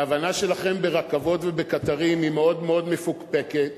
וההבנה שלכם ברכבות ובקטרים היא מאוד מאוד מפוקפקת